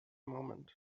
moment